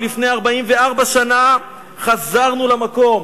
ולפני 44 שנה חזרנו למקום.